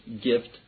gift